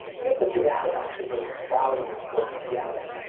you have to figure out how to actually bring them value when you dm them.